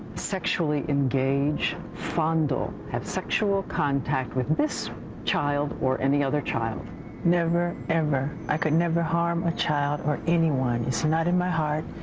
sexually engage fondle have sexual contact with this child or any other child never ever i could never harm a child anyone. it's not in my heart.